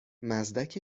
مزدک